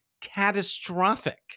catastrophic